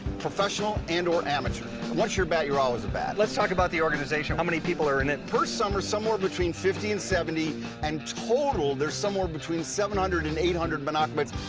professional and or amateur. once you're a bat you're always a bat. let's talk about the organization, how many people are in it? per summer somewhere between fifty and seventy and total there's somewhere between seven hundred and eight hundred min-aqua bats.